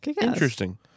Interesting